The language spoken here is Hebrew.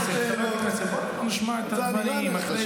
הכנסת לזימי, בואו נשמע את הדברים.